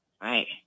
Right